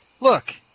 Look